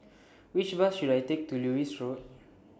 Which Bus should I Take to Lewis Road